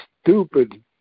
stupid